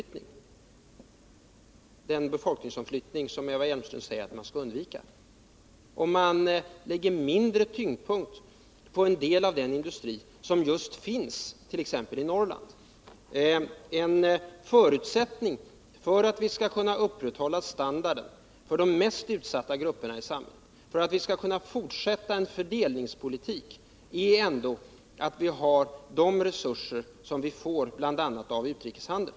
Hur skall denna befolkningsomflyttning kunna undvikas, om vi lägger mindre tyngdpunkt på en del av den industri som just finns i t.ex. Norrland? En förutsättning för att vi skall kunna upprätthålla standarden för de mest utsatta grupperna i samhället och för att vi skall kunna fortsätta att bedriva en fördelningspolitik är att vi har de resurser som vi bl.a. får genom utrikeshandeln.